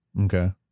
Okay